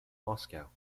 moscow